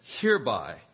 Hereby